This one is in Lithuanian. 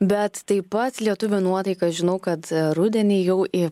bet taip pat lietuvių nuotaikas žinau kad rudenį jau į